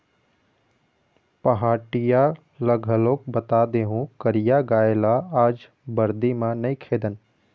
पहाटिया ल घलोक बता देहूँ करिया गाय ल आज बरदी म नइ खेदन